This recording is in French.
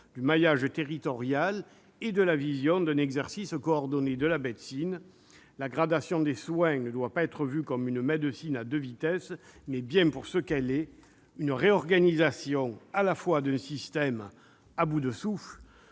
du maillage territorial et de la vision d'un exercice coordonné de la médecine. La gradation des soins doit être vue non pas comme une médecine à deux vitesses, mais bien pour ce qu'elle est : une réorganisation d'un système à bout de souffle,